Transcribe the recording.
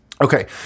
Okay